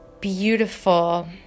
beautiful